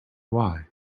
why